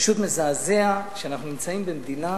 פשוט מזעזע שאנחנו נמצאים במדינה